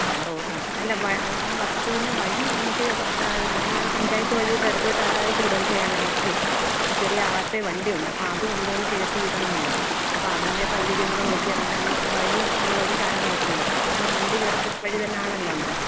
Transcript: ആ റോഡ് ആ അല്ല അത് ആ വസ്തുവിന് വഴി നമുക്ക് അല്ലാതെ പഞ്ചായത്ത് വഴിയുടെ അടുത്തോട്ടായിട്ട് വരണം വെച്ചാൽ ഞങ്ങൾക്കേ ഒരു ചെറിയ ആപേ വണ്ടി ഉണ്ട് അപ്പം അത് കൊണ്ടുവന്ന് കയിറ്റിയിടണമല്ലോ അപ്പം അതിന്റെ സൗകര്യം കൂടെ നോക്കിയാണ് നമ്മൾ ഈ വഴി ഉള്ള ഒരു സ്ഥലം നോക്കുന്നത് അങ്ങനെ വണ്ടി കയറത്തക വഴി തന്നെ ആണല്ലോ അന്നെരം